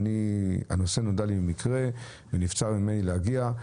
הנושא נודע לי במקרה ונבצר ממני להגיע.